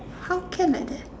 how can like that